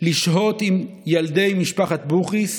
לשהות עם ילדי משפחת בוכריס